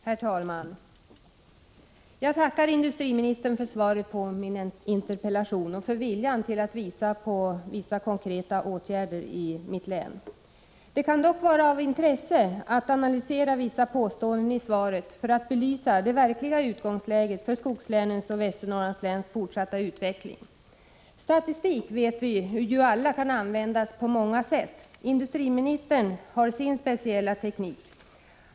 Herr talman! Jag tackar industriministern för svaret på min interpellation och för viljan att visa på konkreta åtgärder i mitt hemlän. Det kan dock vara av intresse att analysera vissa påståenden i svaret för att belysa det verkliga utgångsläget för skogslänens och Västernorrlands läns fortsatta utveckling. Vi vet ju alla att statistik kan användas på många sätt. Industriministern har sin speciella teknik.